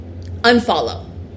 unfollow